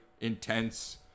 intense